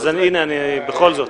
אז הינה, בכל זאת.